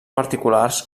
particulars